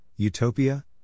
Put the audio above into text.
utopia